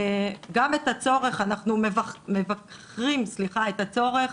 אנחנו מבקרים גם את הצורך